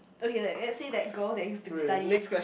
okay let let's say that girl that you've been studying